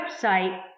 website